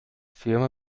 firma